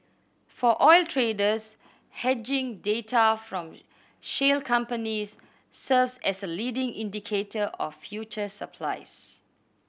for oil traders hedging data from shale companies serves as a leading indicator of future supplies